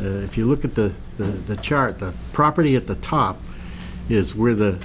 if you look at the the chart the property at the top is where the